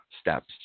steps